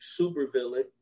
supervillain